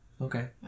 Okay